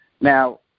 Now